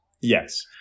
Yes